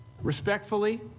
Respectfully